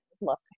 look